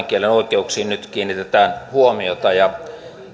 kielen oikeuksiin nyt kiinnitetään huomiota ja